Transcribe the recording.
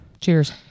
cheers